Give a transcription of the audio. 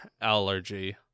allergy